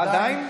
עדיין?